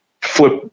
flip